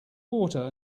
water